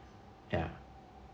yeah